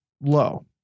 low